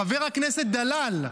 חבר הכנסת דלל,